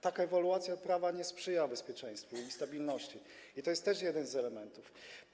Taka ewaluacja prawa nie sprzyja bezpieczeństwu ani stabilności i to jest też jeden z elementów.